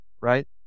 right